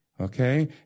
Okay